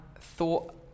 thought